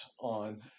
on